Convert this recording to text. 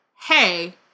hey